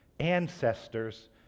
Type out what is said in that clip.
ancestors